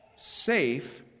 safe